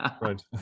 Right